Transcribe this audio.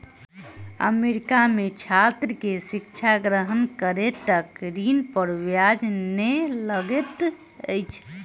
America में छात्र के शिक्षा ग्रहण करै तक ऋण पर ब्याज नै लगैत अछि